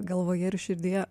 galvoje ir širdyje